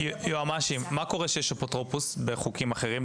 יועמ"שים, מה קורה כשיש אפוטרופוס בחוקים אחרים?